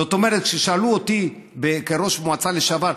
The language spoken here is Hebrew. זאת אומרת, כששאלו אותי כראש מועצה לשעבר: